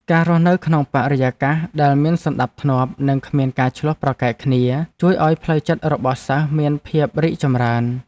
ការរស់នៅក្នុងបរិយាកាសដែលមានសណ្តាប់ធ្នាប់និងគ្មានការឈ្លោះប្រកែកគ្នាជួយឱ្យផ្លូវចិត្តរបស់សិស្សមានភាពរីកចម្រើន។